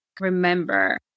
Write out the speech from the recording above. remember